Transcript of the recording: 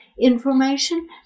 information